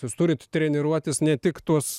jūs turit treniruotis ne tik tuos